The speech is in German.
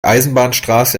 eisenbahnstraße